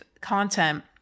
content